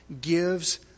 gives